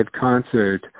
concert